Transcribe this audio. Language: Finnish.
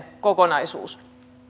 kokonaisuus